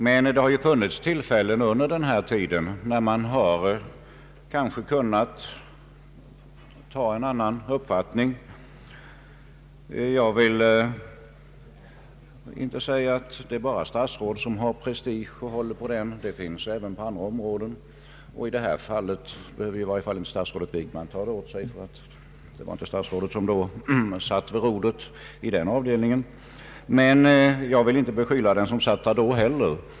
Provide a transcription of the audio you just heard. Men det har funnits tillfällen under denna tid då man kanske kunnat inta en annan hållning. Jag vill inte säga att det bara är statsråd som har prestige att hålla på. Det gäller även på andra områden, och i detta fall behöver inte statsrådet Wickman ta åt sig, ty det var inte han som satt vid rodret när beslutet fattades. Men jag vill inte beskylla den som satt där då heller.